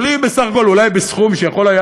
אבל היא בסך הכול אולי בסכום שיכול היה